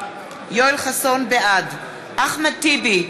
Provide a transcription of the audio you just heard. בעד אחמד טיבי,